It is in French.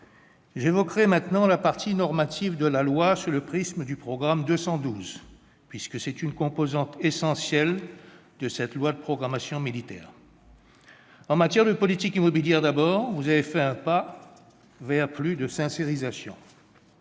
évoquer maintenant la partie normative de la loi sous le prisme du programme 212, composante essentielle de cette loi de programmation militaire. En matière de politique immobilière, d'abord, vous avez fait un pas vers davantage de sincérité.